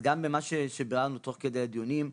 גם במה שביררנו תוך כדי הדיונים,